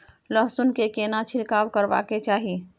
लहसुन में केना छिरकाव करबा के चाही?